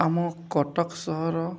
ଆମ କଟକ ସହର